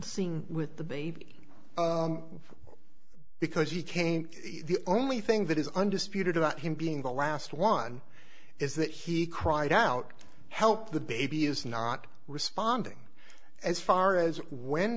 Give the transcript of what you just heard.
seen with the baby because he came the only thing that is undisputed about him being the last one is that he cried out help the baby is not responding as far as when